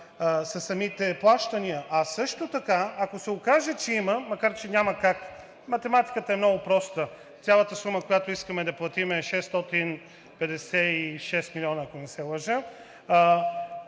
със самите плащания. А също така, ако се окаже, че има, независимо че няма как, математиката е много проста, цялата сума, която искаме да платим, е 656 милиона, ако не се лъжа,